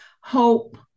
Hope